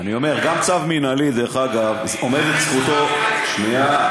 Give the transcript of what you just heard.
גם צו מינהלי, דרך אגב, עומדת זכותו, שנייה.